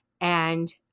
and-